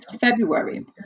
February